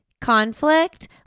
conflict